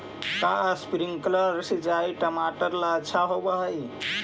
का स्प्रिंकलर सिंचाई टमाटर ला अच्छा होव हई?